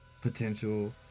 Potential